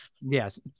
yes